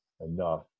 enough